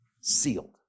Sealed